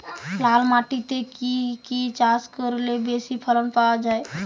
লাল মাটিতে কি কি চাষ করলে বেশি ফলন পাওয়া যায়?